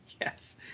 Yes